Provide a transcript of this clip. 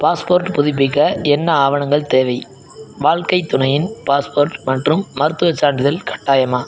passport புதுப்பிக்க என்ன ஆவணங்கள் தேவை வாழ்க்கைத் துணையின் பாஸ்போர்ட் மற்றும் மருத்துவச் சான்றிதழ் கட்டாயமா